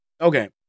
okay